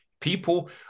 people